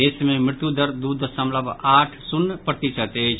देश मे मृत्यु दर दू दशमलव आठ शून्य प्रतिशत अछि